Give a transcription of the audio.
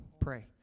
pray